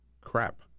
crap